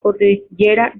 cordillera